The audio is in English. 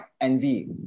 envy